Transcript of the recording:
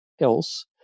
else